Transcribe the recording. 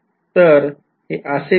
तर हे असे काहीतरी आपण वापरू शकतो